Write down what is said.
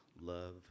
love